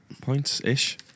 points-ish